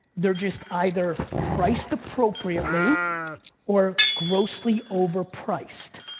they're just either priced appropriately or grossly overpriced,